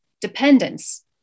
dependence